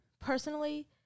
personally